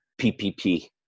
PPP